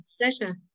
Pleasure